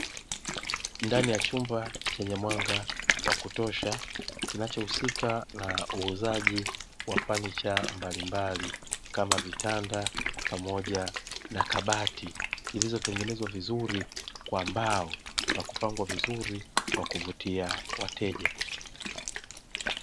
Ndani ya chumba chenye mwanga wa kutosha kinachohusika na uuzaji wa fanicha mbalimbali, kama vitanda pamoja kabati zilizotengenezwa vizuri kwa mbao na kupangwa vizuri kwa kuvutia wateja.